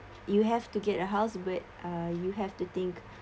you have to get a house but uh you have to think